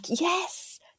yes